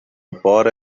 بار